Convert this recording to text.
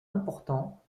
importants